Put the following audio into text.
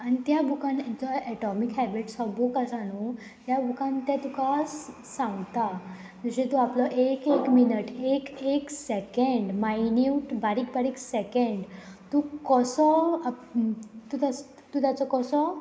आनी त्या बुकान जो एटॉमीक हॅबिट्स हो बूक आसा न्हू त्या बुकान ते तुका सांगता जशे तूं आपलो एक एक मिनट एक एक सेकेंड मायन्यूट बारीक बारीक सेकेंड तूं कसो तूं तूं ताचो कसो